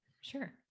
sure